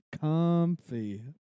comfy